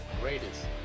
greatest